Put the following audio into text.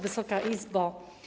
Wysoka Izbo!